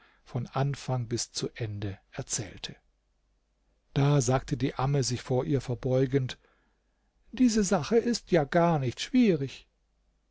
von anfang bis zu ende erzählte da sagte die amme sich vor ihr verbeugend diese sache ist ja gar nicht schwierig